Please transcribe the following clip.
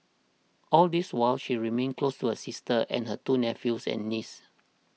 all this while she remained close to her sister and her two nephews and niece